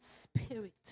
spirit